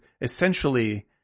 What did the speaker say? essentially